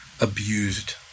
abused